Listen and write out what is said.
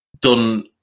done